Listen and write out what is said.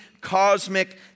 cosmic